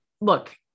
look